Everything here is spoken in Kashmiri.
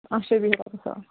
اچھا بِہِو رۄبَس